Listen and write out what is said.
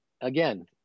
again